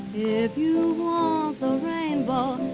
if you want the rainbow,